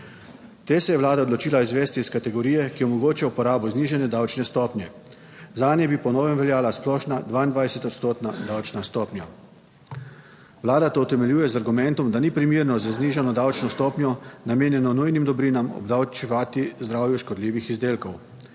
Te se je Vlada odločila izvesti iz kategorije, ki omogoča uporabo znižane davčne stopnje; zanje bi po vem veljala splošna, 22-odstotna davčna stopnja. Vlada to utemeljuje z argumentom, da ni primerno za znižano davčno stopnjo, namenjeno nujnim dobrinam, obdavčevati zdravju škodljivih izdelkov,